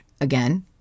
again